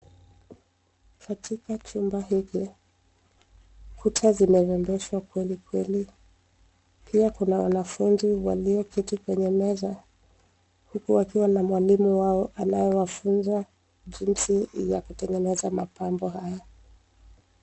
Katika chumba hiki, kuta zimerembeshwa kweli kweli. Pia kuna wanafunzi walioketi kwenye meza, huku wakiwa na mwalimu wao anaowafunza jinsi ya kutengeneza mapambo hayo.